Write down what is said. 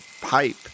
pipe